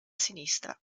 sinistra